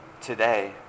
today